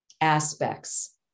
aspects